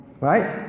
Right